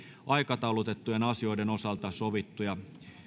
aikataulutettujen asioiden osalta sovittuja